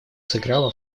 сыграла